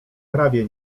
prawie